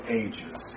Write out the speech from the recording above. ages